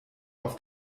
auf